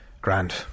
Grand